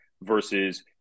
versus